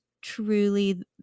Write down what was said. truly